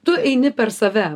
tu eini per save